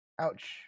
Ouch